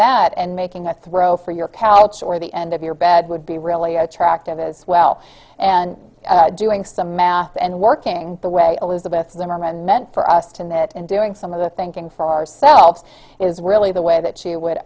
that and making a throw for your couch or the end of your bed would be really attractive as well and doing some math and working the way elizabeth zimmermann meant for us to knit and doing some of the thinking for ourselves is really the way that she would